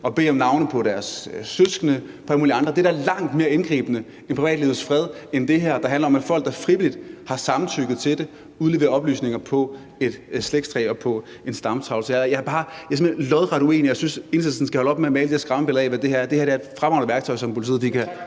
og bede om navnene på deres søskende og på alle mulige andre. Det er da langt mere indgribende i privatlivets fred end det her, der handler om, at folk, der frivilligt har samtykket til det, udleverer oplysninger på et slægtstræ og på en stamtavle. Så jeg er simpelt hen lodret uenig, og jeg synes, at Enhedslisten skal holde op med at male det skræmmebillede af, hvad det her er. Det her er et fremragende værktøj, som politiet kan